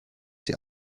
sie